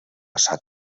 passat